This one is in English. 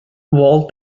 walt